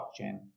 blockchain